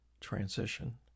transition